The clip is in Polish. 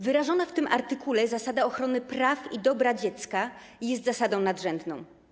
Wyrażona w tym artykule zasada ochrony praw i dobra dziecka jest zasadą nadrzędną.